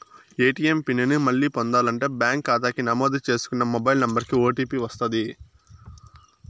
ATM pin ని మళ్ళీ పొందాలంటే బ్యాంకు కాతాకి నమోదు చేసుకున్న మొబైల్ నంబరికి ఓ.టీ.పి వస్తది